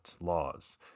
laws